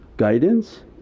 guidance